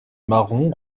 marron